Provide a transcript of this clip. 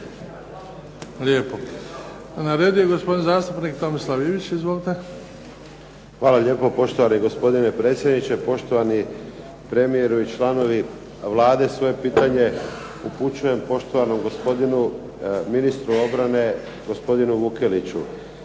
lijepo. Na redu je gospodin zastupnik Tomislav Ivić. Izvolite. **Ivić, Tomislav (HDZ)** Hvala lijepo poštovani gospodine predsjedniče, poštovani premijeru i članovi Vlade. Svoje pitanje upućujem poštovanom gospodinu ministru obrane, gospodinu Vukeliću.